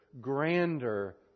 grander